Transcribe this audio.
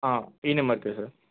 ఈ నెంబర్కే సార్